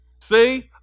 see